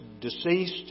deceased